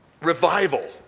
revival